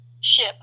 ship